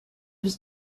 was